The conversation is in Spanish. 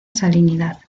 salinidad